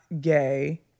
gay